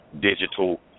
digital